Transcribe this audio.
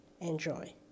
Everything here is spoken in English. Enjoy